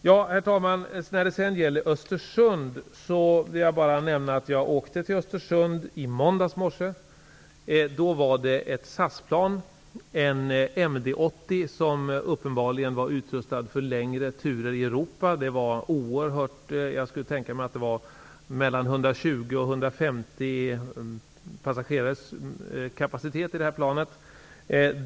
Jag vill bara nämna att jag åkte till plan, en MD80, som uppenbarligen var utrustad för längre turer i Europa. Jag skulle tänka mig att planet hade kapacitet för 120--150 passagerare.